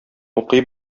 укый